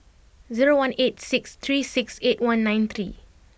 zero one eight six three six eight one nine three